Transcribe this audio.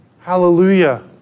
Hallelujah